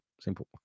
simple